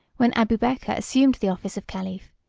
when abubeker assumed the office of caliph,